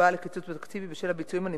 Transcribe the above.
הסיבה לקיצוץ בתקציב היא הביצועים הנמוכים.